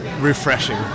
refreshing